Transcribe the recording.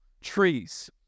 trees